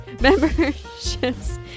Memberships